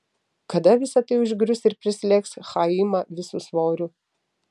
kada visa tai užgrius ir prislėgs chaimą visu svoriu